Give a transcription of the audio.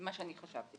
מה שאני חשבתי,